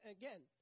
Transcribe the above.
again